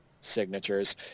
signatures